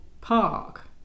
Park